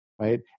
right